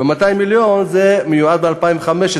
ו-200 מיליון מיועדים ל-2015,